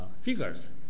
figures